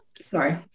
sorry